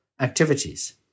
activities